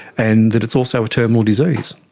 and that it's also a terminal disease.